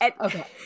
Okay